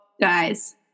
guys